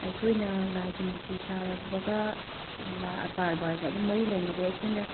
ꯑꯩꯈꯣꯏꯅ ꯂꯥꯏꯒꯤ ꯃꯨꯔꯇꯤ ꯁꯥꯕꯒ ꯀꯔꯕꯥꯔꯒ ꯑꯗꯨꯝ ꯃꯔꯤ ꯂꯩꯅꯔꯦ ꯑꯈꯣꯏꯅ